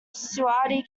saudi